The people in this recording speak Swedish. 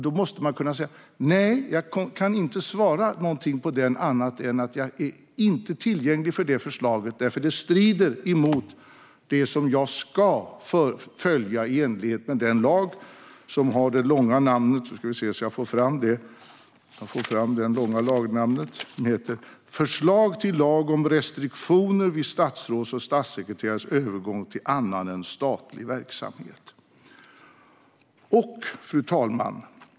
Då måste man kunna säga att man inte kan svara något annat än att man inte är tillgänglig för det förslaget, eftersom det strider mot det som man ska följa i enlighet med förslaget till lag om restriktioner vid statsråds och statssekreterares övergång till annan än statlig verksamhet. Fru talman!